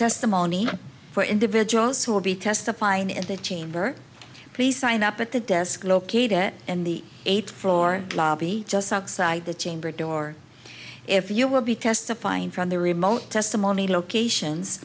testimony for individuals who will be testifying in the chamber please sign up at the desk located in the eight floor lobby just outside the chamber door if you will be testifying from the remote testimony locations